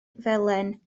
felen